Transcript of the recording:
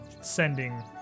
sending